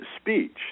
speech